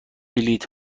بلیط